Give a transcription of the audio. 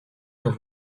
quand